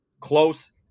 Close